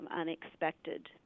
unexpected